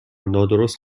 نادرست